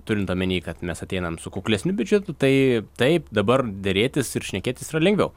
turint omeny kad mes ateinam su kuklesniu biudžetu tai taip dabar derėtis ir šnekėtis yra lengviau